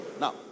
Now